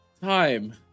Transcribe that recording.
Time